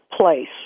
place